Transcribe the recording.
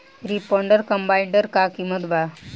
Reaper कम्बाइंडर का किमत बा?